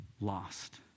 lost